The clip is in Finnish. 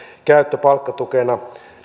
käyttö palkkatukena